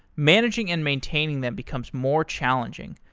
managing and maintaining them becomes more challenging.